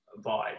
vibe